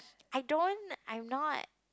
I don't I'm not